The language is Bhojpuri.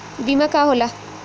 बीमा का होला?